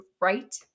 right